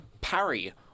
Parry